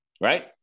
right